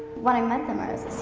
when i met them, i was